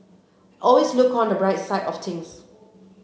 always look on the bright side of things